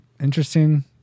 interesting